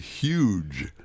huge